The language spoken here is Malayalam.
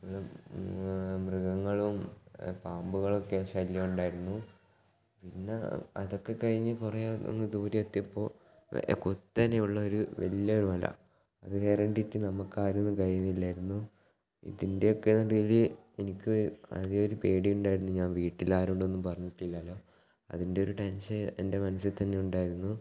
മൃഗങ്ങളും പാമ്പുകളൊക്കെ ശല്യം ഉണ്ടായിരുന്നു പിന്നെ അതൊക്കെ കഴിഞ്ഞ് കുറെ അങ്ങ് ദൂരെ എത്തിയപ്പോൾ കുത്തനെയുള്ള ഒരു വലിയ ഒരു മല അത് കയറേണ്ടിയിട്ട് നമുക്കാരും ഒന്നും കഴിയുന്നില്ലായിരുന്നു ഇതിൻ്റെക്കെ ഇടയിൽ എനിക്ക് ആദ്യം ഒരു പേടിയുണ്ടായിരുന്നു ഞാൻ വീട്ടിലാരോടൊന്നും പറഞ്ഞിട്ടില്ലാല്ലോ അതിൻ്റെ ഒരു ടെൻഷൻ എൻ്റെ മനസ്സിൽ തന്നെ ഉണ്ടായിരുന്നു